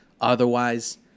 Otherwise